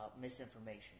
misinformation